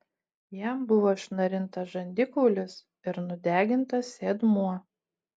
jam buvo išnarintas žandikaulis ir nudegintas sėdmuo